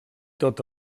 tot